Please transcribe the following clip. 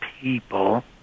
people